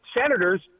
senators